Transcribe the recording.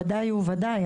ודאי וודאי.